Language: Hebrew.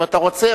רק אם אתה רוצה.